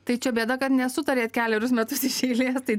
tai čia bėda kad nesutarėt kelerius metus iš eilės tai